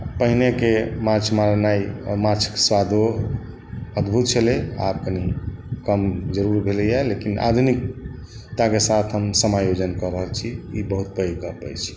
पहिनेके माँछ मारनाइ ओहि माँछके सुआदो अद्भुत छलै आओर आब कनि कम जरूर भेलैए लेकिन आधुनिकताके साथ हम समायोजन कऽ रहल छी ई बहुत पैघ गप अछि